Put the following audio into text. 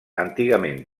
antigament